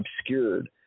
obscured